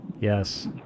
yes